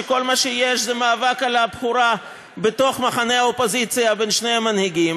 שכל מה שיש זה מאבק על הבכורה בתוך מחנה האופוזיציה בין שני המנהיגים,